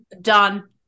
done